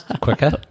quicker